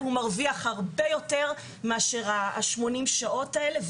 הוא מרוויח הרבה יותר מאשר ה- 80 שעות האלה,